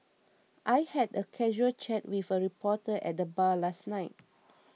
I had a casual chat with a reporter at the bar last night